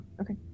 Okay